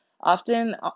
often